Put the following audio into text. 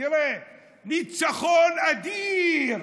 ניצחון אדיר,